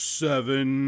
seven